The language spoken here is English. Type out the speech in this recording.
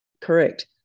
Correct